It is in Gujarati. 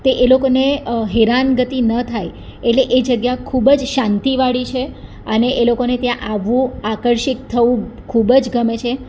તે એ લોકોને હેરાનગતિ ન થાય એટલે એ જગ્યા ખૂબ જ શાંતિવાળી છે અને એ લોકોને ત્યાં આવવું આકર્ષિત થવું ખૂબ જ ગમે છે